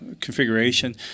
configuration